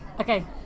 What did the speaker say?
Okay